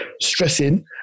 stressing